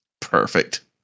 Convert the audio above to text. Perfect